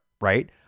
right